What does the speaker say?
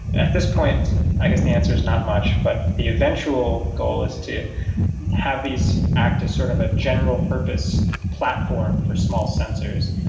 at this point i guess the answer is not much. but the eventual goal is to have these act as sort of a general purpose platform for small sensors.